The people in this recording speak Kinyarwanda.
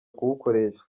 kuwukoresha